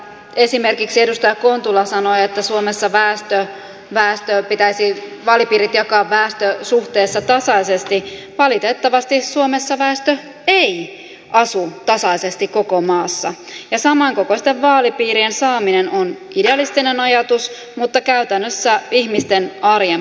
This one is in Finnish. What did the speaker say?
esimerkiksi edustaja kontula sanoi että suomessa pitäisi vaalipiirit jakaa väestösuhteessa tasaisesti valitettavasti suomessa väestö ei asu tasaisesti koko maassa ja samankokoisten vaalipiirien saaminen on idealistinen mutta käytännössä ihmisten arjen pois sulkeva ajatus